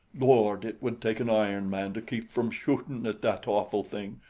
lord, it would take an iron man to keep from shootin' at that awful thing.